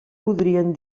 podrien